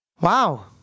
Wow